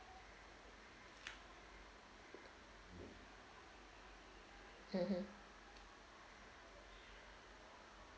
mmhmm